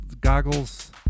goggles